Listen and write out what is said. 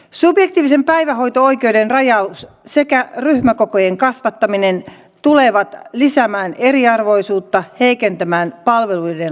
subjektiivisen päivähoito oikeuden rajaus sekä ryhmäkokojen kasvattaminen tulevat lisäämään eriarvoisuutta heikentämään palveluiden laatua